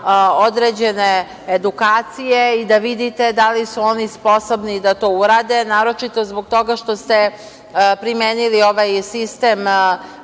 određene edukacije i da vidite da li su oni sposobni da to urade, naročito zbog toga što ste primenili ovaj sistem